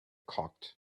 cocked